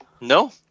no